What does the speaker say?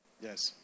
Yes